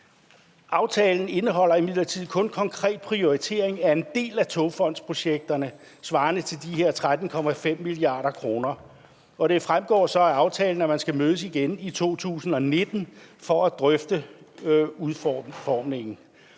Aftalen indeholder imidlertid kun konkret prioritering af en del af togfondsprojekterne svarende til de her 13,5 mia. kr., og det fremgår så af aftalen, at man skal mødes igen i 2019 for at drøfte udformningen.